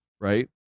Right